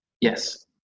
Yes